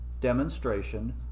demonstration